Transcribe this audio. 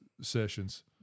Sessions